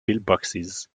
pillboxes